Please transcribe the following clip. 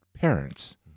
parents